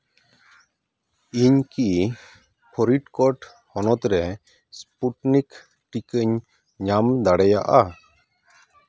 ᱤᱧ ᱠᱤ ᱯᱷᱚᱨᱤᱰ ᱠᱳᱴ ᱦᱚᱱᱚᱛ ᱨᱮ ᱥᱯᱷᱩᱴᱱᱤᱠ ᱴᱤᱠᱟᱹᱧ ᱧᱟᱢ ᱫᱟᱲᱮᱭᱟᱜᱼᱟ